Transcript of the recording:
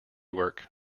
work